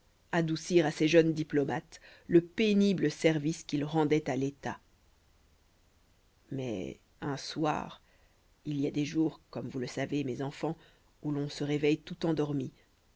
adoucir à ces jeunes diplomates le pénible service qu'ils rendaient à l'état mais un soir il y a des jours comme vous le savez mes enfants où l'on se réveille tout endormi